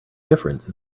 difference